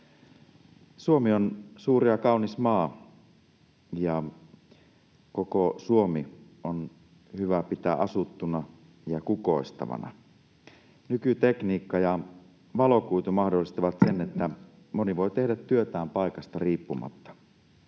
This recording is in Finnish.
Suomi on suuri ja kaunis maa, ja koko Suomi on hyvä pitää asuttuna ja kukoistavana. Nykytekniikka ja valokuitu mahdollistavat sen, että moni voi tehdä työtään paikasta riippumatta.